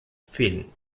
fin